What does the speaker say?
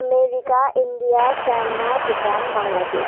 America India China Bhutan Bangladesh